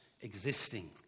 existing